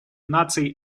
наций